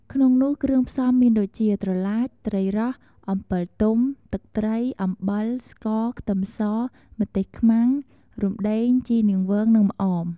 ក្នុងនោះគ្រឿងផ្សំមានដូចជា ត្រឡាច ត្រីរ៉ស់ អំពិលទុំ ទឹកត្រី អំបិល ស្ករ ខ្ទឹមស ម្ទេសខ្មាំង រំដេង ជីរនាងវង និងម្អម ។